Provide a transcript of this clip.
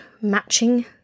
matching